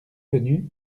venu